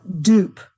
dupe